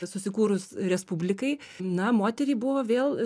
susikūrus respublikai na moteriai buvo vėl